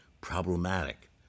problematic